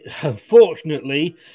unfortunately